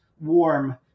warm